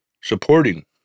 supporting